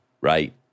right